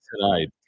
tonight